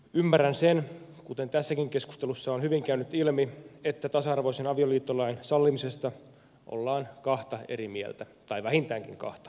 ymmärrän sen kuten tässäkin keskustelussa on hyvin käynyt ilmi että tasa arvoisen avioliittolain sallimisesta ollaan kahta eri mieltä tai vähintäänkin kahta eri mieltä